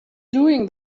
doing